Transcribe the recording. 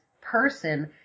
person